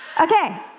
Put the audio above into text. Okay